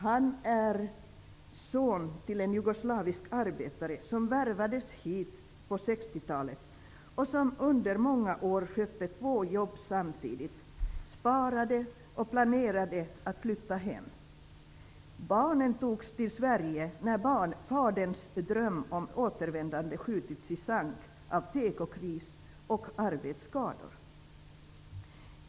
Han är son till en jugoslavisk arbetare som värvades hit på 60-talet och som under många år skötte två jobb samtidigt, sparade och planerade att flytta hem. Barnen togs till Sverige när faderns dröm om återvändande skjutits i sank av tekokris och arbetsskador.